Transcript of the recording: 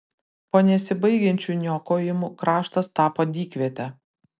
po nesibaigiančių niokojimų kraštas tapo dykviete